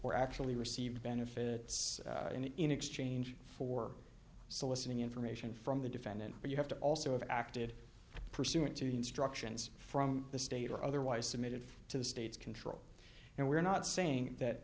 or actually receive benefits in exchange for soliciting information from the defendant but you have to also have acted pursuant to instructions from the state or otherwise submitted to the state's control and we're not saying that